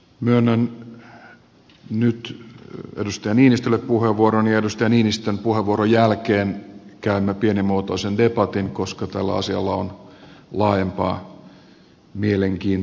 myönnän nyt edustaja niinistölle puheenvuoron ja edustaja niinistön puheenvuoron jälkeen käymme pienimuotoisen debatin koska tällä asialla on laajempaa mielenkiintoa